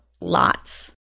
lots